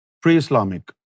pre-Islamic